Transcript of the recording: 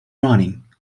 running